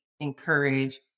encourage